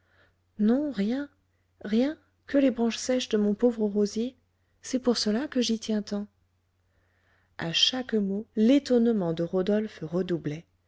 non rien rien que les branches sèches de mon pauvre rosier c'est pour cela que j'y tiens tant à chaque mot l'étonnement de rodolphe redoublait